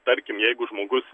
tarkim jeigu žmogus